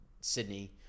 Sydney